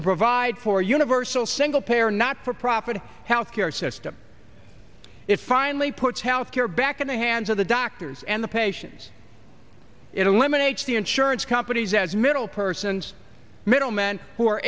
to provide for universal single payer not for profit health care system it finally puts health care back in the hands of the doctors and the patients it eliminates the insurance companies as middle persons middlemen who are